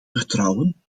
vertrouwen